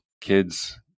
kids